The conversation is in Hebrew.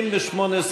ההסתייגות (38)